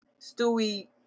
Stewie